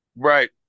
Right